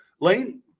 Lane